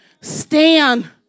Stand